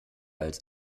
als